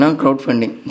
crowdfunding